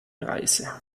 reise